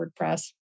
WordPress